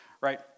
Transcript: right